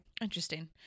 Interesting